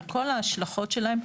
על כל ההשלכות להם.